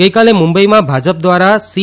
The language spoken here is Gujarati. ગઇકાલે મુંબઇમાં ભાજપ દ્વારા સી